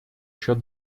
счет